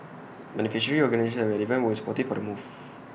beneficiary organisations at the event were supportive of the move